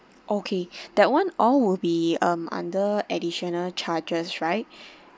okay that one all will be um under additional charges right